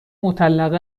مطلقه